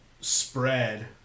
spread